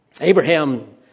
Abraham